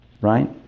right